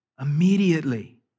Immediately